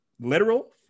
literal